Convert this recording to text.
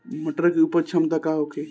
मटर के उपज क्षमता का होखे?